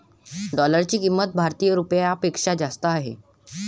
डॉलरची किंमत भारतीय रुपयापेक्षा जास्त आहे